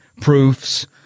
proofs